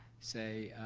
say,